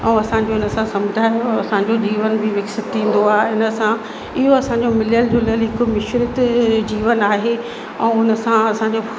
ऐं असांजो इन सां सम्झायो असांजो जीवन बि विकसित थींदो आहे इन सां इहो असांजो मिलियल झूलियल ई हिकु मिश्रत जीवन आहे ऐं उन सां असांजो